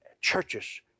churches